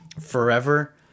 forever